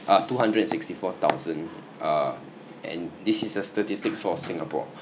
uh two hundred and sixty four thousand uh and this is the statistics for singapore